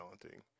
daunting